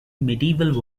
medieval